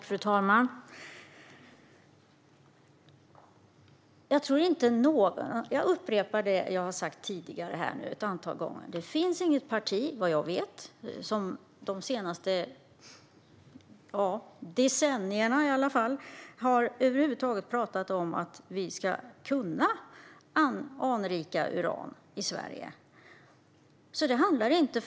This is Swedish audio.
Fru talman! Jag upprepar det jag har sagt ett antal gånger här tidigare. Det finns inget parti, vad jag vet, som de senaste decennierna över huvud taget har talat om att vi i Sverige ska kunna anrika uran.